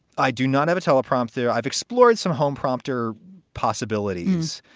i do not have a teleprompter. i've explored some home prompter possibilities.